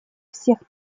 всех